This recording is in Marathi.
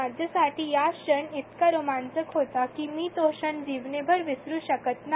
माझ्यासाठी हा क्षण इतका रोमांचक होता की मी तो क्षण जिवणाभर विसरू शकत नाही